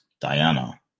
Diana